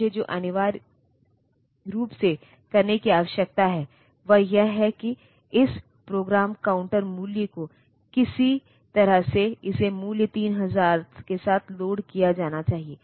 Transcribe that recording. तब मुझे जो अनिवार्य रूप से करने की आवश्यकता है वह यह है कि इस प्रोग्राम काउंटर मूल्य को किसी तरह से इसे मूल्य 3000 के साथ लोड किया जाना चाहिए